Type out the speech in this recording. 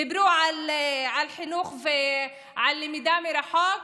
דיברו על חינוך ועל למידה מרחוק,